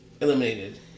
eliminated